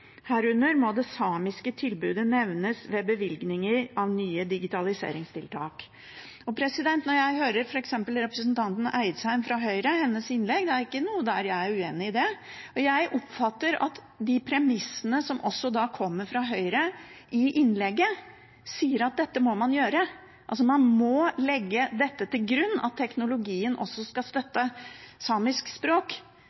Herunder må det samiske tilbudet nevnes ved bevilgninger til nye digitaliseringstiltak. Når jeg hører f.eks. innlegget fra representanten Eidsheim fra Høyre, er det ikke noe der jeg er uenig i. Jeg oppfatter at de premissene som kommer fra Høyre i innlegget, er at dette må man gjøre, at man må legge til grunn at teknologien også skal